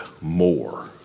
more